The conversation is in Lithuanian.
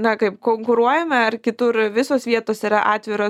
na kaip konkuruojame ar kitur visos vietos yra atviros